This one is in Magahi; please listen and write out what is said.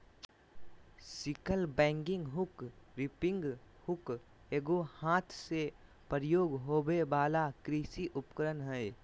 sickle bagging hook, reaping hook एगो हाथ से प्रयोग होबे वला कृषि उपकरण हइ